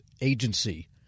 agency